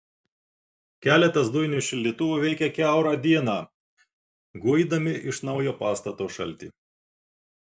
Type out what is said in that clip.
keletas dujinių šildytuvų veikė kiaurą dieną guidami iš naujo pastato šaltį